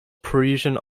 parisian